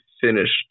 finished